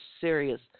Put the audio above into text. serious